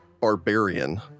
barbarian